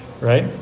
right